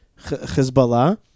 Hezbollah